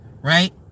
right